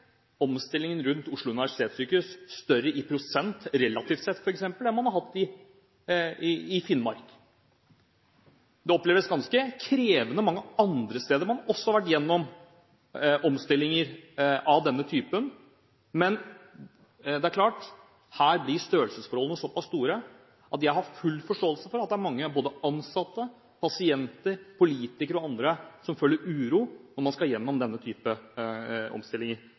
omstillingen ved Oslo universitetssykehus større i prosent, relativt sett, enn den man har hatt i Finnmark. Det oppleves som ganske krevende mange andre steder der man også har vært gjennom omstillinger av denne typen, men det er klart at her er størrelsesforholdene slik at jeg har full forståelse for at det er mange, både ansatte, pasienter, politikere og andre, som føler uro når man skal gjennom denne type omstillinger.